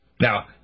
Now